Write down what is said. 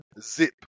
zip